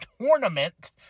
Tournament